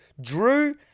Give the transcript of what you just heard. drew